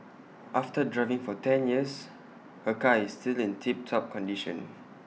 after driving for ten years her car is still in tip top condition